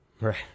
right